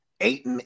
eight